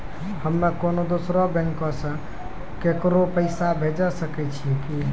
हम्मे कोनो दोसरो बैंको से केकरो पैसा भेजै सकै छियै कि?